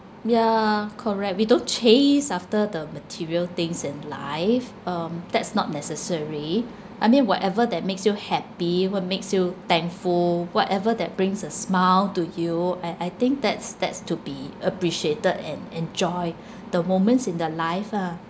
ya correct we don't chase after the material things in life um that's not necessary I mean whatever that makes you happy what makes you thankful whatever that brings a smile to you I I think that's that's to be appreciated and enjoy the moments in the life ah